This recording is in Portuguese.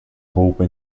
roupa